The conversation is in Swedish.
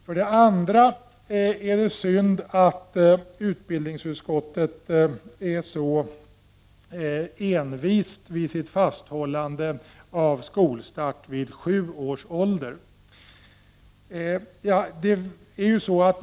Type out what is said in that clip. För det andra är det synd att utbildningsutskottet så envist håller fast vid åsikten att skolstart skall ske vid 7 års ålder.